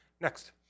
Next